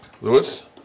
Lewis